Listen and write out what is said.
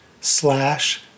slash